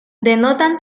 denotan